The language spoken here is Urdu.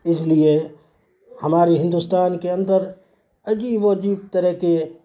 اس لیے ہماری ہندوستان کے اندر عجیب عجیب طرح کے